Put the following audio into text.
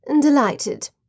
Delighted